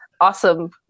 awesome